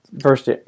first